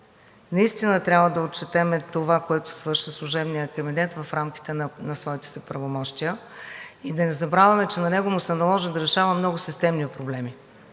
наистина трябва да отчетем това, което свърши служебният кабинет в рамките на своите си правомощия. Да не забравяме, че на него му се наложи да решава много системни проблеми,